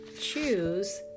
choose